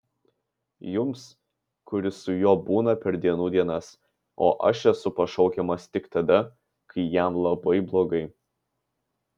jums kuris su juo būna per dienų dienas o aš esu pašaukiamas tik tada kai jam labai blogai